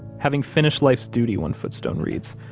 having finished life's duty, one footstone reads,